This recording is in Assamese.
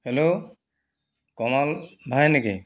হেল্ল' কমল ভাই নেকি